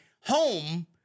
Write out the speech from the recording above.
home